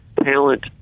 talent